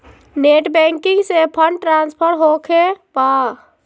Net banking से fund transfer होखें बा?